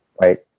right